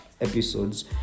episodes